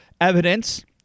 evidence